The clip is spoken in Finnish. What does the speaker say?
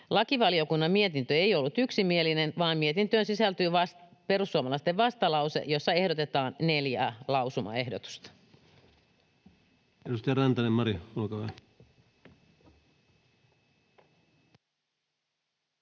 Lakivaliokunnan mietintö ei ollut yksimielinen, vaan mietintöön sisältyy perussuomalaisten vastalause, jossa ehdotetaan neljää lausumaehdotusta. [Speech 263] Speaker: